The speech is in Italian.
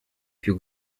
più